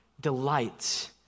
delights